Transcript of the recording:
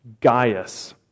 Gaius